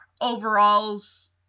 overalls